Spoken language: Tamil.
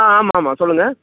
ஆ ஆமாம்மா சொல்லுங்கள்